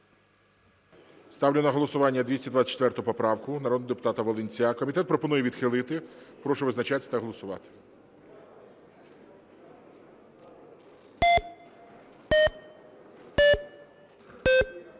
Ставлю на голосування 224 поправку народного депутата Волинця. Комітет пропонує відхилити. Прошу визначатися та голосувати.